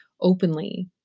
openly